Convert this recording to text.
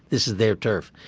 this is their turf,